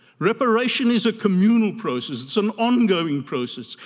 reparation is a communal process, it's an ongoing process,